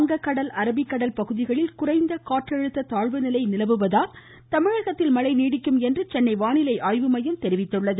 வங்கக்கடல் அரபிக்கடல் பகுதிகளில் குறைந்த காற்றழுத்த தாழ்வுமண்டலங்கள் நிலவுவதால் தமிழகத்தில் மழை நீடிக்கும் என்று சென்னை வானிலை ஆய்வுமையம் தெரிவித்துள்ளது